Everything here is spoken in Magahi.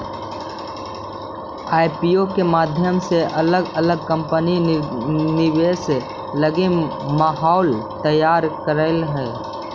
आईपीओ के माध्यम से अलग अलग कंपनि निवेश लगी माहौल तैयार करऽ हई